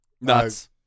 Nuts